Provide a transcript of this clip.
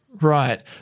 Right